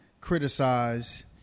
criticize